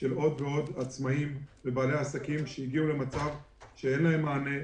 של עוד ועוד עצמאים ובעלי עסקים שהגיעו למצב שאין להם מענה,